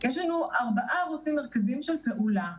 יש לנו ארבעה ערוצים מרכזיים של פעולה: